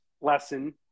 lesson